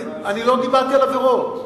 אני לא דיברתי על עבירות.